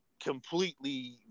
completely